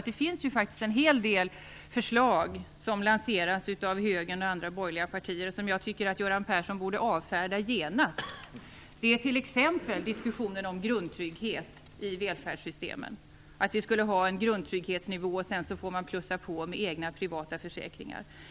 Det finns faktiskt en hel del förslag som lanseras av högern och andra borgerliga partier, som jag tycker att Göran Persson borde avfärda genast. Det är t.ex. diskussionen om grundtrygghet i välfärdssystemen, dvs. att vi skall ha en grundtrygghetsnivå och att man sedan får plussa på med egna privata försäkringar.